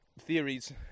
theories